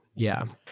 yeah.